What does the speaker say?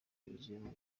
yuzuyemo